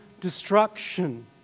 destruction